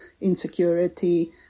insecurity